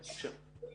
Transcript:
בבקשה.